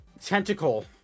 tentacle